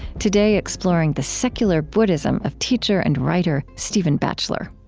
today, exploring the secular buddhism of teacher and writer stephen batchelor.